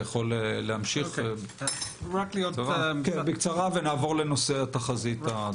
אתה יכול להמשיך בקצרה ונעבור לנושא התחזית.